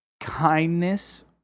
kindness